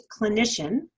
clinician